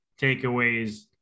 takeaways